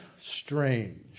strange